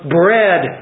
bread